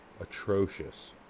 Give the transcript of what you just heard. atrocious